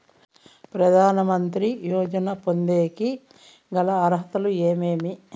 ప్రధాన మంత్రి యోజన పొందేకి గల అర్హతలు ఏమేమి?